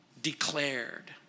declared